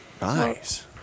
Nice